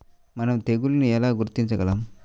మనం తెగుళ్లను ఎలా గుర్తించగలం?